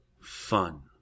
fun